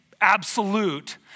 absolute